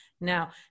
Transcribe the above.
Now